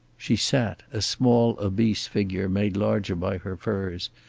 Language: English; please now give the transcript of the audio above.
she sat, a small obese figure made larger by her furs,